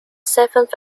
seventh